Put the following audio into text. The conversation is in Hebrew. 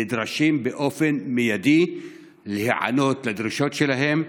נדרשים באופן מיידי להיענות לדרישות שלהם,